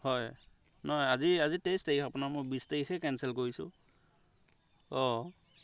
হয় নহয় আজি আজি তেইছ তাৰিখ আপোনাৰ মই বিছ তাৰিখেই কেনচেল কৰিছোঁ অঁ